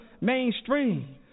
mainstream